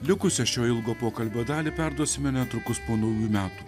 likusią šio ilgo pokalbio dalį perduosime netrukus po naujų metų